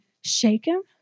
shaken